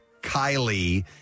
Kylie